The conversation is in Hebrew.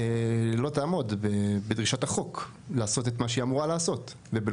לא תעמוד במה שהיא צריכה לעשות על פי דרישות החוק,